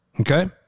okay